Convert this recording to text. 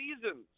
seasons